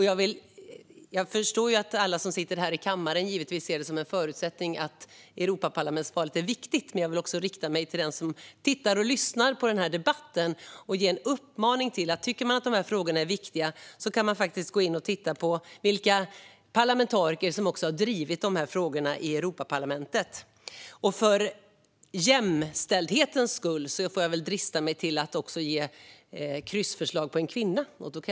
Jag förstår att alla som sitter här i kammaren givetvis förutsätter att Europaparlamentsvalet är viktigt, men jag vill också rikta mig till den som tittar och lyssnar på den här debatten och ge en uppmaning. Tycker man att dessa frågor är viktiga kan man gå in och titta på vilka parlamentariker som har drivit dem i Europaparlamentet. För jämställdhetens skull får jag väl drista mig till att också ge ett förslag på en kvinna man kan kryssa.